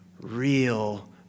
real